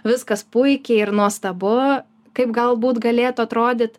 viskas puikiai ir nuostabu kaip galbūt galėtų atrodyt